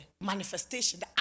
manifestation